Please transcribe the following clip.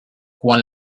quan